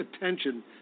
attention